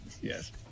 Yes